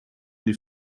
die